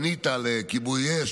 פנית לכיבוי אש,